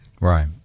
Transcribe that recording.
Right